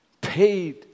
paid